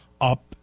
up